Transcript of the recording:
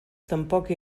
tampoc